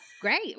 great